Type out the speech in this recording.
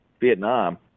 vietnam